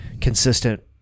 consistent